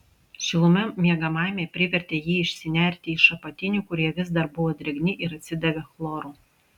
šiluma miegamajame privertė jį išsinerti iš apatinių kurie vis dar buvo drėgni ir atsidavė chloru